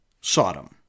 Sodom